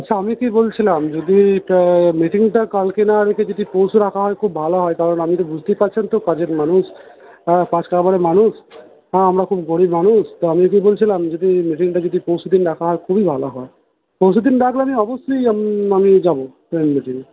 আচ্ছা আমি কি বলছিলাম যদি এটা মিটিংটা কালকে না রেখে যদি পরশু রাখা হয় খুব ভালো হয় কারণ আমি তো বুঝতেই পারছেন তো কাজের মানুষ হ্যাঁ কাজ কারবারের মানুষ হ্যাঁ আমরা খুব গরীব মানুষ তা আমি কি বলছিলাম যদি মিটিংটা যদি পরশু দিন রাখা হয় খুবই ভালো হয় পরশু দিন রাখলে আমি অবশ্যই আমি যাব স্কুলের মিটিংয়ে